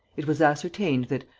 it was ascertained that,